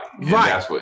Right